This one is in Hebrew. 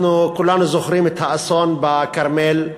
אנחנו כולנו זוכרים את האסון בכרמל,